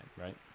right